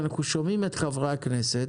אנחנו שומעים את חברי הכנסת